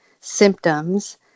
symptoms